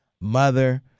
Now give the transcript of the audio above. mother